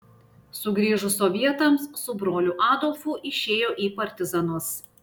sugrįžus sovietams su broliu adolfu išėjo į partizanus